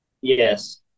yes